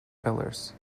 pillars